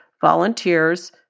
volunteers